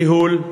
ניהול,